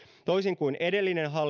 toisin kuin edellinen hallitus